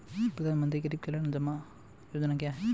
प्रधानमंत्री गरीब कल्याण जमा योजना क्या है?